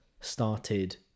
started